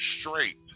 straight